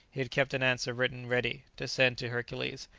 he had kept an answer written ready to send to hercules,